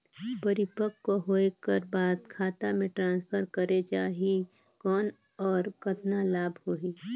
परिपक्व होय कर बाद खाता मे ट्रांसफर करे जा ही कौन और कतना लाभ होही?